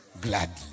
gladly